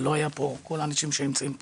אבל לא היו פה כל האנשים שנמצאים פה.